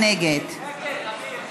מי נגד?